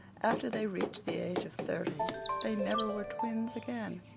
after they reached the age of thirty they never were twins again.